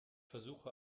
versuche